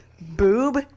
Boob